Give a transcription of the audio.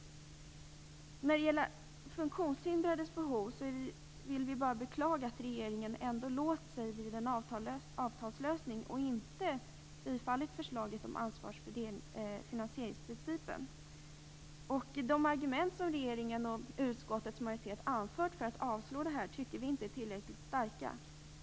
När det gäller funktionshindrades behov vill vi bara beklaga att regeringen har låst sig vid en avtalslösning och inte tillstyrkt förslaget om ansvars och finansieringsprincipen. De argument som regeringen och utskottets majoritet har anfört för att avstyrka förslaget är inte tillräckligt starka.